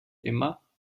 immer